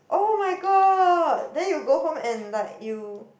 [oh]-my-god then you go home and like you